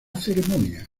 ceremonia